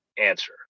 answer